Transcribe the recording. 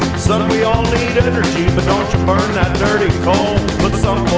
son, we all need and energy but don't you burn that dirty coal but some